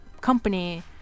company